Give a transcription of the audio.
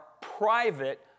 private